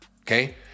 Okay